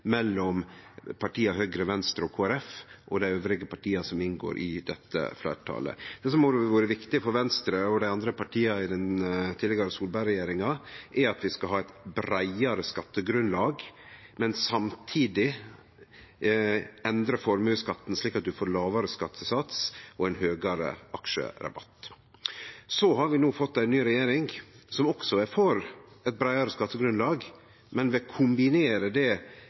mellom partia Høgre, Venstre og Kristeleg Folkeparti og dei andre partia som inngår i dette fleirtalet. Det som òg har vore viktig for Venstre og dei andre partia i den tidlegare Solberg-regjeringa, er at vi skal ha eit breiare skattegrunnlag, men samtidig endre formuesskatten slik at ein får lågare skattesats og ein høgare aksjerabatt. Så har vi no fått ei ny regjering som også er for eit breiare skattegrunnlag, men som vil kombinere det